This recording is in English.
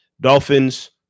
Dolphins